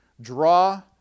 draw